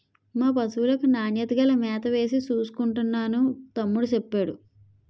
మా పశువులకు నాణ్యత గల మేతవేసి చూసుకుంటున్నాను తమ్ముడూ సెప్పేడు